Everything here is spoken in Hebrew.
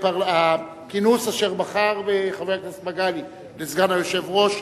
הכינוס אשר בחר בחבר הכנסת לסגן היושב-ראש.